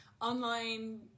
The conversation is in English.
online